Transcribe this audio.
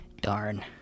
Darn